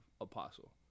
apostle